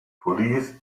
police